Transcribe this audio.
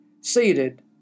seated